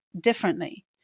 differently